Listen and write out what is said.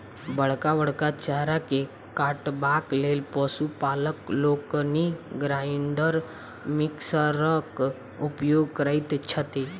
बड़का बड़का चारा के काटबाक लेल पशु पालक लोकनि ग्राइंडर मिक्सरक उपयोग करैत छथि